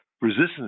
resistance